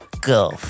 go